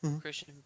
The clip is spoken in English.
Christian